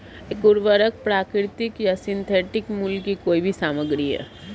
एक उर्वरक प्राकृतिक या सिंथेटिक मूल की कोई भी सामग्री है